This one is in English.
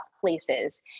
places